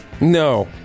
No